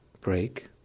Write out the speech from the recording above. break